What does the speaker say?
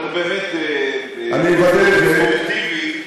אני אומר באמת בצורה קונסטרוקטיבית,